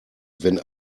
wenn